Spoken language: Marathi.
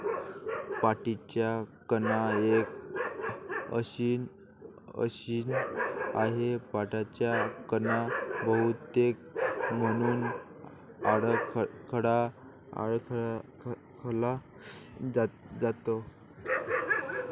पाठीचा कणा एक मशीन आहे, पाठीचा कणा बहुतेक म्हणून ओळखला जातो